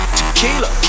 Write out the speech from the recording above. Tequila